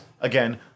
Again